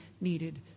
needed